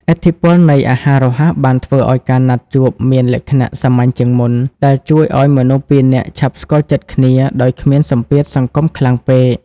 ឥទ្ធិពលនៃអាហាររហ័សបានធ្វើឱ្យការណាត់ជួបមានលក្ខណៈសាមញ្ញជាងមុន ដែលជួយឱ្យមនុស្សពីរនាក់ឆាប់ស្គាល់ចិត្តគ្នាដោយគ្មានសម្ពាធសង្គមខ្លាំងពេក។